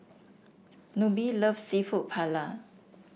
Nobie loves seafood Paella